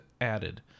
added